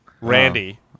Randy